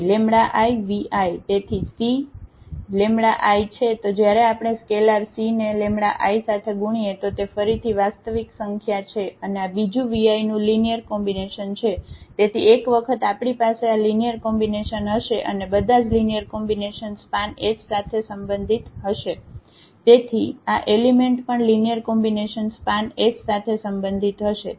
તેથી c i છે તો જયારે આપણે સ્કેલાર c ને i સાથે ગુણીએ તો તે ફરીથી વાસ્તવિક સંખ્યા છે અને આ બીજું 𝑣𝑖 નું લિનિયર કોમ્બિનેશન છે તેથી એક વખત આપણી પાસે આ લિનિયર કોમ્બિનેશન હશે અને બધાજ લિનિયર કોમ્બિનેશન સ્પાન સાથે સંબંધિત હશે તેથી આ એલિમેન્ટ પણ લિનિયર કોમ્બિનેશન સ્પાન સાથે સંબંધિત હશે